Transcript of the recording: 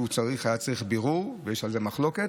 שהיה צריך בירור ויש על זה מחלוקת,